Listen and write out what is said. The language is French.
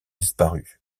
disparu